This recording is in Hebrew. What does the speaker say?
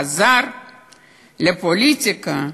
חזר לפוליטיקה,